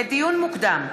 לדיון מוקדם,